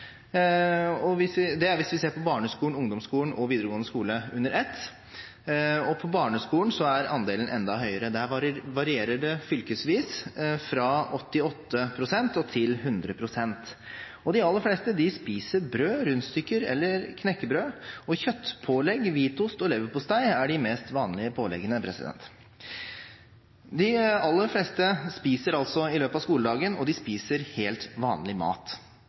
hjemmefra, hvis vi ser på barneskolen, ungdomsskolen og videregående skole under ett. På barneskolen er andelen enda høyere. Der varierer det fylkesvis fra 88 pst. til 100 pst. De aller fleste spiser brød, rundstykker eller knekkebrød, og kjøttpålegg, hvitost og leverpostei er de mest vanlige påleggene. De aller fleste spiser altså i løpet av skoledagen, og de spiser helt vanlig mat.